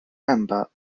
member